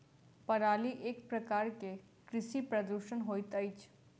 पराली एक प्रकार के कृषि प्रदूषण होइत अछि